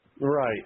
Right